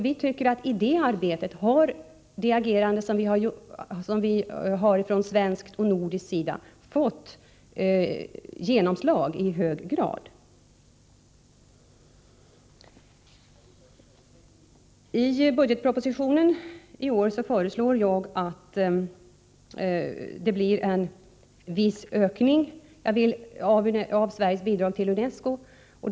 Vi anser att agerandet från svensk och nordisk sida i hög grad har fått genomslag i detta arbete. I årets budgetproposition föreslår jag en viss ökning av Sveriges bidrag till Nr 61 UNESCO.